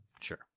Sure